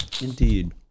indeed